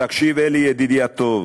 תקשיב, אלי, ידידי הטוב,